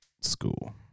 school